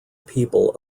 people